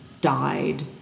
died